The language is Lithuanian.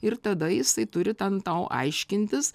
ir tada jisai turi ten tau aiškintis